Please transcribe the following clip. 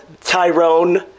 Tyrone